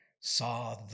saw